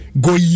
go